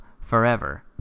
forever